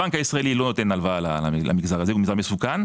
הבנק הישראלי לא נותן הלוואה למגזר הזה הוא מגזר מסוכן,